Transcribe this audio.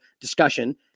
discussion